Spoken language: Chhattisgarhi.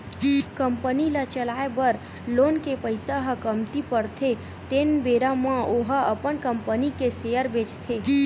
कंपनी ल चलाए बर लोन के पइसा ह कमती परथे तेन बेरा म ओहा अपन कंपनी के सेयर बेंचथे